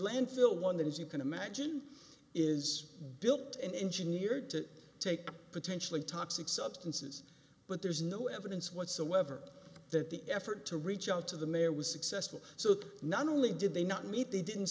landfill one that as you can imagine is built an engineer to take potentially toxic substances but there's no evidence whatsoever that the effort to reach out to the mayor was successful so not only did they not meet they didn't